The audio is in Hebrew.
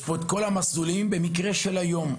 בחוזר הזה יש את כל המסלולים בהתאמה למקרה של היום.